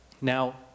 Now